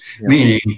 meaning